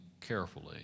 carefully